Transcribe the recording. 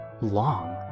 long